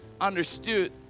understood